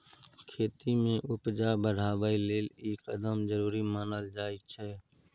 खेती में उपजा बढ़ाबइ लेल ई कदम जरूरी मानल जाइ छै